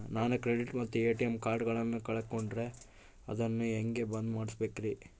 ನಾನು ಕ್ರೆಡಿಟ್ ಮತ್ತ ಎ.ಟಿ.ಎಂ ಕಾರ್ಡಗಳನ್ನು ಕಳಕೊಂಡರೆ ಅದನ್ನು ಹೆಂಗೆ ಬಂದ್ ಮಾಡಿಸಬೇಕ್ರಿ?